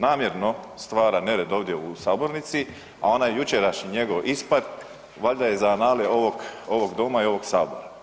Namjerno stvara nered ovdje u sabornici, a onaj jučerašnji njegov ispad valjda je za anale ovog, ovog doma i ovog sabora.